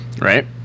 Right